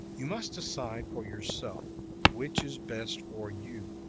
you must decide for yourself which is best for you,